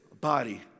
body